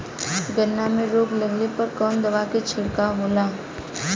गन्ना में रोग लगले पर कवन दवा के छिड़काव होला?